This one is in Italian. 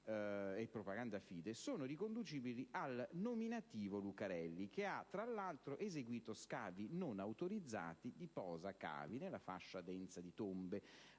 la Propaganda Fide, sono riconducibili al nominativo Lucarelli, che ha tra l'altro eseguito scavi non autorizzati di posa cavi nella fascia densa di tombe